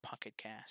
PocketCast